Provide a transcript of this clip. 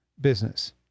business